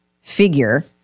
figure